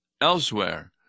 elsewhere